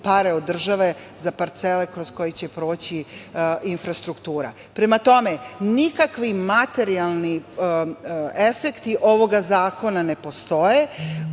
pare od države za parcele kroz koje će proći infrastruktura. Prema tome, nikakvi materijalni efekti ovog zakona ne postoje.